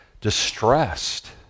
distressed